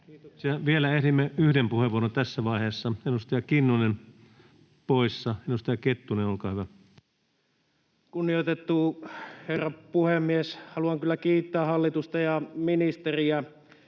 Vielä ehdimme yhden puheenvuoron tässä vaiheessa. — Edustaja Kinnunen poissa. — Edustaja Kettunen, olkaa hyvä. Kunnioitettu herra puhemies! Haluan kyllä kiittää hallitusta ja ministeriä